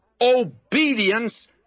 obedience